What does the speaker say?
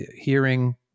hearing